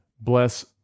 Bless